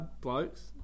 blokes